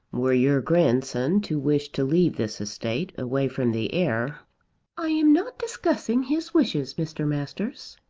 were your grandson to wish to leave this estate away from the heir i am not discussing his wishes, mr. masters.